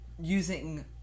using